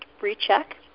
recheck